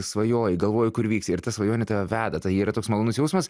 svajoji galvoji kur vyksi ir ta svajonė tave veda tai yra toks malonus jausmas